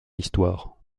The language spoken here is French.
histoire